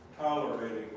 tolerating